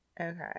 Okay